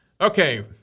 Okay